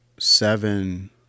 seven